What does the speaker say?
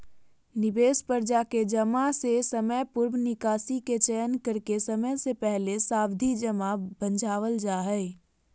निवेश पर जाके जमा के समयपूर्व निकासी के चयन करके समय से पहले सावधि जमा भंजावल जा हय